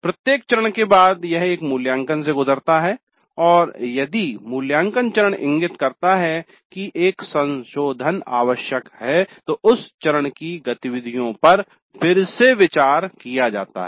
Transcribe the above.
प्रत्येक चरण के बाद यह एक मूल्यांकन से गुजरता है और यदि मूल्यांकन चरण इंगित करता है कि एक संशोधन आवश्यक है तो उस चरण की गतिविधियों पर फिर से विचार किया जाता है